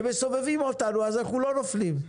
הם מסובבים אותנו אז אנחנו לא נופלים.